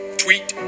tweet